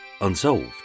unsolved